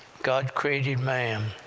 god created man,